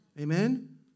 Amen